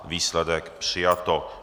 Výsledek přijato.